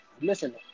Listen